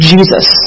Jesus